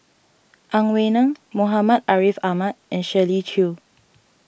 Ang Wei Neng Muhammad Ariff Ahmad and Shirley Chew